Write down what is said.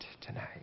tonight